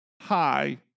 Hi